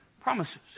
promises